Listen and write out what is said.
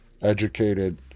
educated